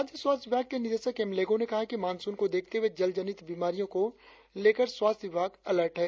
राज्य स्वास्थ्य विभाग़ के निदेशक एम लेगो ने कहा है कि मानसून को देखते हुए जलजनित बीमारियों को लेकर स्वास्थ्य विभाग अलर्ट है